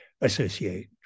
associate